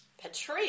Patrice